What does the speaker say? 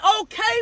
okay